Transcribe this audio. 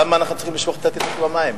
למה אנחנו צריכים לשפוך את התינוק עם המים?